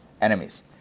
enemies